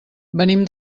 venim